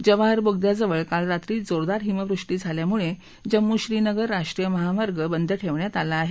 जवाहर बोगद्याजवळ काल रात्री जोरदार हिमवृष्टी झाल्यामुळे जम्मू श्रीनगर राष्ट्रीय महामार्ग बंद ठेवण्यात आला आहे